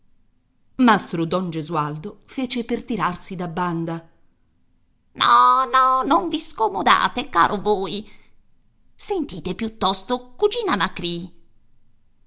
paese mastro don gesualdo fece per tirarsi da banda no no non vi scomodate caro voi sentite piuttosto cugina macrì